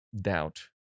doubt